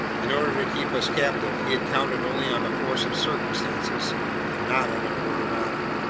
in order to keep us captive, he had counted only on the force of circumstances and not on our word of honor.